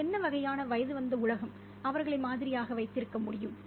இது என்ன வகையான வயதுவந்த உலகம் அவர்களை மாதிரியாக வைத்திருக்கும் விஷயம்